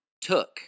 took